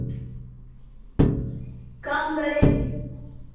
कम करेंगे